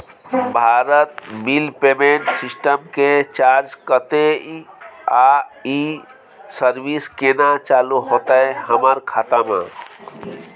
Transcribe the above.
Bharat bill payment system के charge कत्ते इ आ इ सर्विस केना चालू होतै हमर खाता म?